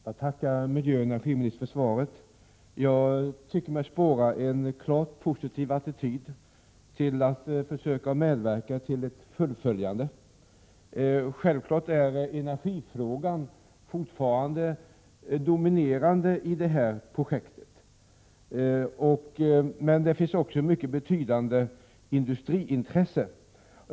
Herr talman! Jag tackar miljöoch energiministern för svaret. Jag tycker mig spåra en klart positiv attityd till att försöka medverka till ett fullföljande av borrningarna. Självklart är energifrågan fortfarande dominerande i detta projekt. Men det finns också ett mycket betydande industriintresse.